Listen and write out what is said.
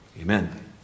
Amen